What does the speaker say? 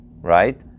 right